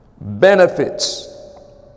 Benefits